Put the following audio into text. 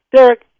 Derek